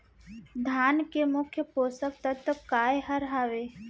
धान के मुख्य पोसक तत्व काय हर हावे?